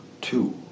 two